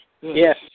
Yes